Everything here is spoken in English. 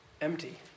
Empty